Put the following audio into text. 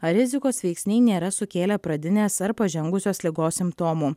ar rizikos veiksniai nėra sukėlę pradinės ar pažengusios ligos simptomų